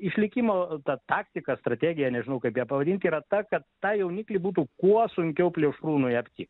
išlikimo ta taktika strategija nežinau kaip ją pavadint yra ta kad tą jauniklį būtų kuo sunkiau plėšrūnui aptikt